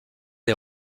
des